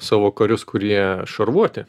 savo karius kurie šarvuoti